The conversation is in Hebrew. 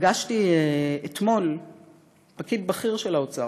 פגשתי אתמול פקיד בכיר של האוצר,